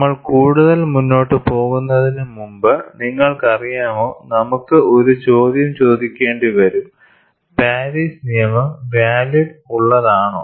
നമ്മൾ കൂടുതൽ മുന്നോട്ട് പോകുന്നതിനുമുമ്പ് നിങ്ങൾക്കറിയാമോ നമുക്ക് ഒരു ചോദ്യം ചോദിക്കേണ്ടി വരും പാരീസ് നിയമം വ്യാലിഡ് ഉള്ളതാണോ